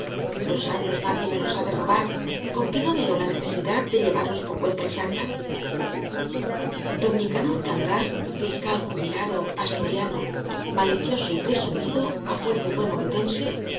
los años nadie me los ha de robar con que no veo la necesidad de llevarlos por cuenta exacta don nicanor candás fiscal jubilado asturiano malicioso y presumido á fuer de